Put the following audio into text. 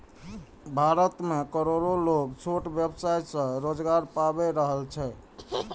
भारत मे करोड़ो लोग छोट व्यवसाय सं रोजगार पाबि रहल छै